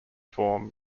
form